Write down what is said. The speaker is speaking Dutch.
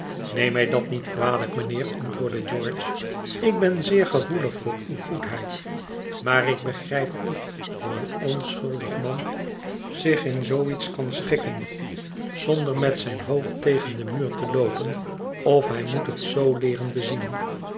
neem mij dat niet kwalijk mijnheer antwoordde george ik ben zeer gevoelig voor uwe goedheid maar ik begrijp niet hoe een onschuldig man zich in zoo iets kan schikken zonder met zijn hoofd tegen den muur te loopen of hij moet het zoo leeren bezien